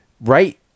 right